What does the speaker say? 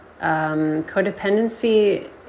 codependency